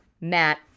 Matt